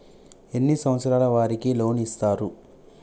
ఎన్ని సంవత్సరాల వారికి లోన్ ఇస్తరు?